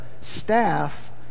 staff